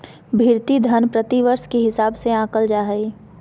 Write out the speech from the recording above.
भृति धन प्रतिवर्ष के हिसाब से आँकल जा हइ